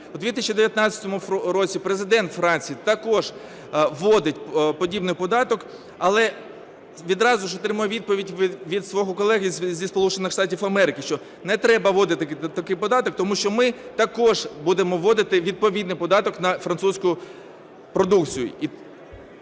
У 2019 році Президент Франції також вводить подібний податок, але відразу ж отримує відповідь від свого колеги зі Сполучених Штатів Америки, що не треба вводити такий податок, тому що ми також будемо вводити відповідний податок на французьку продукцію.